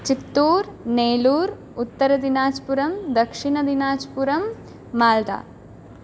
चित्तूर् नेलूर उत्तरदिनाज्पुरं दक्षिणदिनाज्पुरं माल्दा